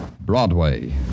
Broadway